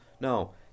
No